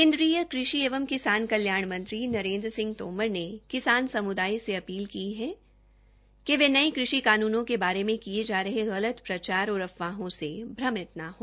केन्द्रीय कृषि एवं किसान कल्याण मंत्री नरेन्द्र सिंह तोमर ने किसान समुदाय से अपील की है कि वे नये कृषि कानूनों के बारे में किये जा रहे गलत गलत प्रचार और अफवाहों से भ्रमित न हो